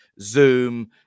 Zoom